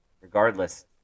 regardless